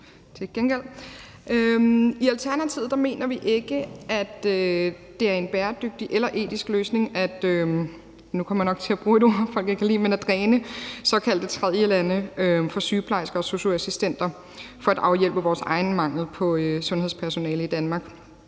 kommer jeg nok til at bruge et ord, folk ikke kan lide – dræne såkaldte tredjelande for sygeplejersker og sosu-assistenter for at afhjælpe vores egen mangel på sundhedspersonale i Danmark.